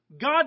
God